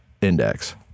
index